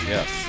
Yes